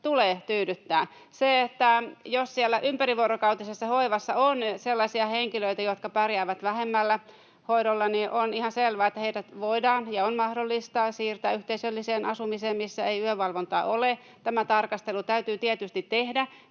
tulee tyydyttää. Jos siellä ympärivuorokautisessa hoivassa on sellaisia henkilöitä, jotka pärjäävät vähemmällä hoidolla, niin on ihan selvää, että heidät voidaan ja on mahdollista siirtää yhteisölliseen asumiseen, missä ei yövalvontaa ole. Tämä tarkastelu täytyy tietysti tehdä